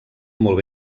molt